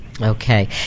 Okay